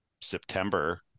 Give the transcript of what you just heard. September